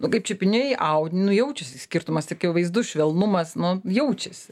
nu kaip čiupinėji audinį nu jaučiasi skirtumas akivaizdus švelnumas nu jaučiasi